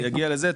כשזה יגיע לזה,